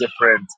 different